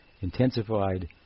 intensified